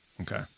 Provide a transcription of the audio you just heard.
Okay